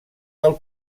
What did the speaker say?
pel